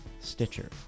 Stitcher